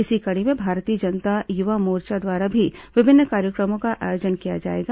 इसी कड़ी में भारतीय जनता युवा मोर्चा द्वारा भी विभिन्न कार्यक्रमों का आयोजन किया जाएगा